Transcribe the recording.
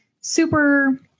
super